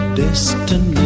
destiny